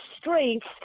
strength